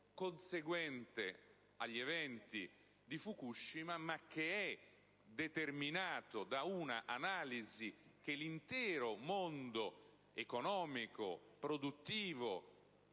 conseguente agli eventi di Fukushima, ma da un'analisi che l'intero mondo economico, produttivo e